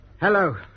Hello